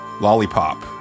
Lollipop